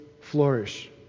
flourish